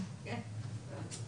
ואני דיברתי